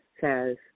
says